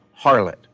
harlot